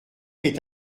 est